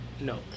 No